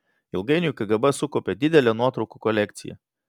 ilgainiui kgb sukaupė didelę nuotraukų kolekciją